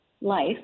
life